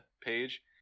page